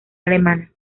alemana